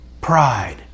Pride